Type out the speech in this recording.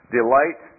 delight